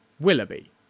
Willoughby